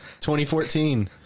2014